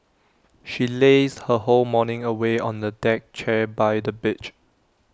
she lazed her whole morning away on the deck chair by the beach